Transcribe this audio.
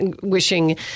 wishing